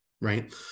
right